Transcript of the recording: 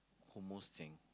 hummus thing